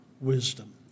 wisdom